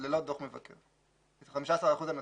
ללא דוח מבקר, את ה-15% הנותרים.